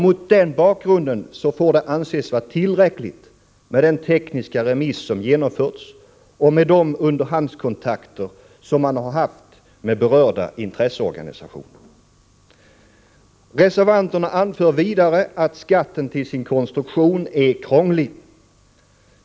Mot den bakgrunden får det anses vara tillräckligt med den tekniska remiss som genomförts och de underhandskontakter som man haft med berörda intresseorganisationer. Reservanterna anför vidare att skatten till sin konstruktion är krånglig.